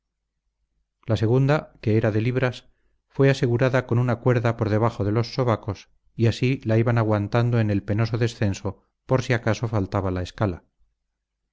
la segunda que era de libras fue asegurada con una cuerda por debajo de los sobacos y así la iban aguantando en el penoso descenso por si acaso faltaba la escala